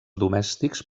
domèstics